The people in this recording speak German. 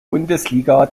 bundesliga